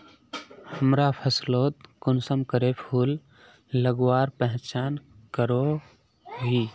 हमरा फसलोत कुंसम करे फूल लगवार पहचान करो ही?